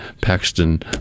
Paxton